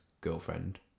girlfriend